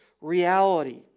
reality